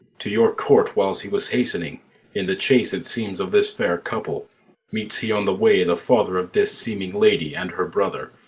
to your court whiles he was hast'ning in the chase, it seems, of this fair couple meets he on the way the father of this seeming lady and her brother,